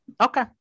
Okay